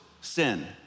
sin